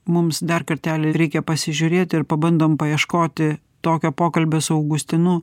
mums dar kartelį reikia pasižiūrėti ir pabandom paieškoti tokio pokalbio su augustinu